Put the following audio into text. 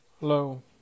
Hello